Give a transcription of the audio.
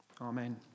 amen